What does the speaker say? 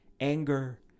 anger